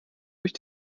durch